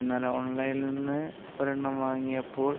എന്നാൽ ഓൺലൈനിൽനിന്ന് ഒരെണ്ണം വാങ്ങിയപ്പോൾ